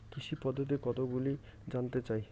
কৃষি পদ্ধতি কতগুলি জানতে চাই?